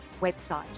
website